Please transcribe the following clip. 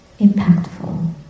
impactful